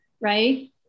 right